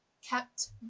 kept